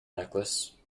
necklace